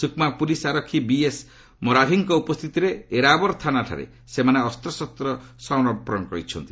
Sukma police ଆରକ୍ଷୀ BS ମରାଭିଙ୍କ ଉପସ୍ଥିତିରେ ଏରାବର ଥାନାଠାରେ ସେମାନେ ଅସ୍ତ୍ରଶସ୍ତ ସମର୍ପଣ କରିଛନ୍ତି